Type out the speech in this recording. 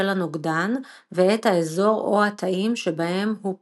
הנוגדן ואת האזור או התאים שבהם הוא פועל.